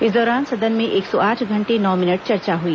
इस दौरान सदन में एक सौ आठ घंटे नौ मिनट चर्चा हुई